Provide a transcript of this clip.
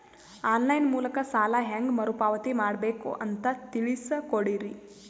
On line ಮೂಲಕ ಸಾಲ ಹೇಂಗ ಮರುಪಾವತಿ ಮಾಡಬೇಕು ಅಂತ ತಿಳಿಸ ಕೊಡರಿ?